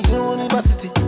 university